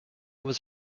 was